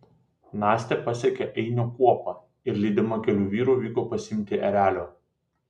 nastė pasiekė ainio kuopą ir lydima kelių vyrų vyko pasiimti erelio